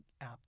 app